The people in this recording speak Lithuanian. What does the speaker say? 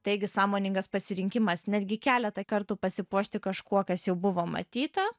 taigi sąmoningas pasirinkimas netgi keletą kartų pasipuošti kažkuo kas jau buvo matyta